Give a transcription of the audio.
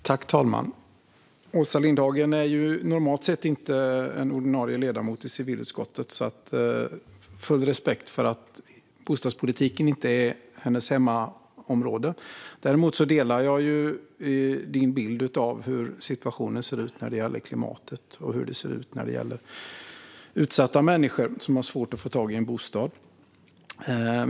Fru talman! Åsa Lindhagen är inte ordinarie ledamot i civilutskottet, så jag har full respekt för att bostadspolitik inte är hennes hemmaområde. Jag har samma bild som hon av situationen när det gäller klimatet och utsatta människor som har svårt att få tag i en bostad.